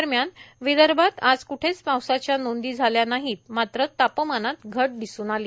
दरम्यान विदर्भात आज क्ठेही पावसाच्या नोंदी झाल्या नाहीत मात्र तापमानात घट दिसून आली